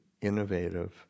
innovative